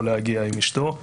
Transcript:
יכול להגיע עם אישתו.